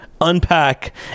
unpack